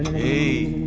a